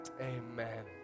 Amen